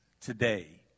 today